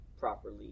properly